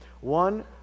one